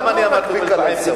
לא, למה אמרתי באום-אל-פחם?